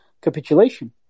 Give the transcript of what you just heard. capitulation